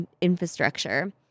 infrastructure